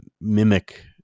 mimic